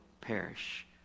perish